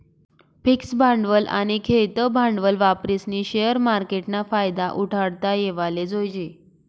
fix भांडवल आनी खेयतं भांडवल वापरीस्नी शेअर मार्केटना फायदा उठाडता येवाले जोयजे